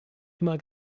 immer